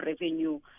revenue